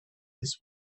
this